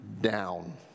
down